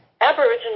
Aboriginal